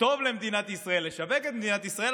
טוב למדינת ישראל, לשווק את מדינת ישראל.